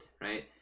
right